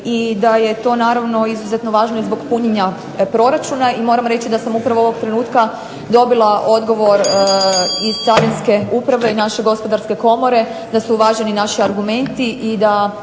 i da je to naravno izuzetno važno i zbog punjenja proračuna i moram reći da sam upravo ovog trenutka dobila odgovor iz carinske uprave i naše gospodarske komore da su uvaženi naši argumenti